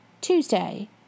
Tuesday